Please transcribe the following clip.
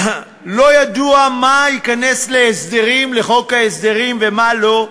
לא ידוע מה ייכנס לחוק ההסדרים ומה לא.